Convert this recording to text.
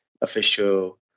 official